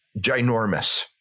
ginormous